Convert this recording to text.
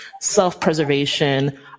self-preservation